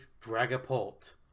Dragapult